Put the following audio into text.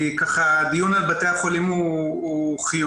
הדיון על בתי החולים הוא חיוני,